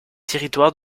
territoire